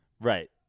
Right